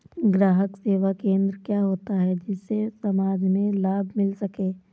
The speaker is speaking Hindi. ग्राहक सेवा केंद्र क्या होता है जिससे समाज में लाभ मिल सके?